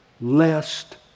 lest